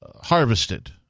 harvested